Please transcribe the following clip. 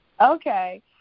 Okay